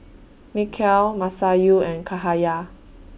Mikhail Masayu and Cahaya